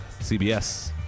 CBS